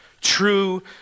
True